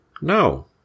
no